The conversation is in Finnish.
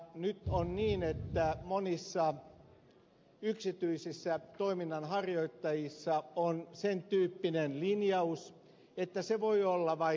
nyt on niin että monet yksityiset toiminnan harjoittajat ovat tehneet sen tyyppisen linjauksen että se voi olla vaikkapa toimitusjohtaja